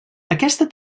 aquesta